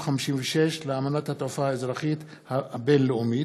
56 לאמנת התעופה האזרחית הבין-לאומית.